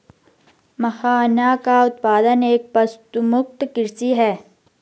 मखाना का उत्पादन एक पशुमुक्त कृषि है